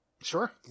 sure